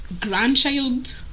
grandchild